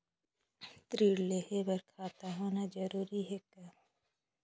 ऋण लेहे बर खाता होना जरूरी ह का?